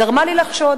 גרמו לי לחשוד,